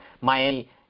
Miami